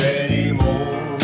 anymore